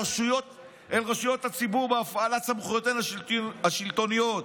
רשויות הציבור בהפעלת סמכויותיהן השלטוניות.